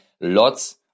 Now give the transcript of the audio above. lots